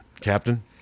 Captain